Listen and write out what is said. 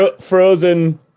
frozen